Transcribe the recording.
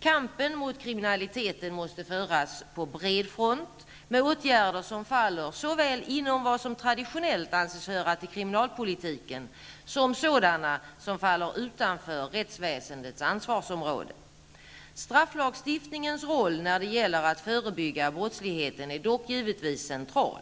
Kampen mot kriminaliteten måste föras på bred front med såväl åtgärder som faller inom vad som traditionellt anses höra till kriminalpolitiken som sådana som faller utanför rättsväsendets ansvarsområde. Strafflagstiftningens roll när det gäller att förebygga brottsligheten är dock givetvis central.